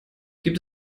gibt